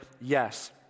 yes